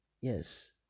yes